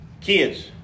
Kids